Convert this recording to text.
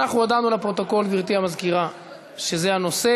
חוק ומשפט בדבר תיקון טעויות בחוק הכשרות המשפטית והאפוטרופסות